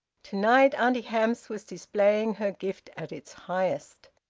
to-night auntie hamps was displaying her gift at its highest.